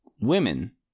Women